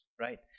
Right